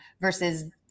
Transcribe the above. versus